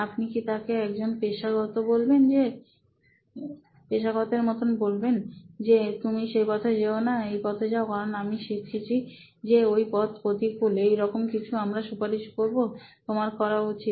আপনি কি তাকে একজন পেশাগত বলবেন যে তুমি সেই পথে যেও না এই পথে যাও কারণ আমরা শিখেছি যে ওই পথ প্রতিকূল এইরকম কিছু আমরা সুপারিশ করব তোমার করা উচিত